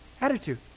Attitude